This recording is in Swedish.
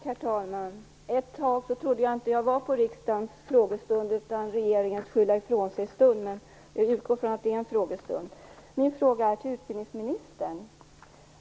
Herr talman! Ett tag trodde jag inte att jag var på riksdagens frågestund, utan på regeringens skyllaifrån-sig-stund. Men jag utgår från att det är en frågestund. Min fråga riktar sig till utbildningsministern.